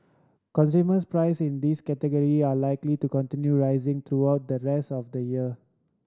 consumers price in these category are likely to continue rising throughout the rest of the year